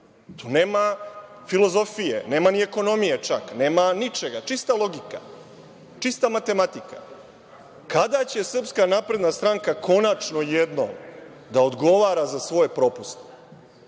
Tu nema filozofije, nema ni ekonomije čak. Nema ničega. Čista logika. Čista matematika. Kada će Srpska napredna stranka konačno jednom da odgovara za svoje propuste?